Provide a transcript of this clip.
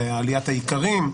ו"עליית האיכרים".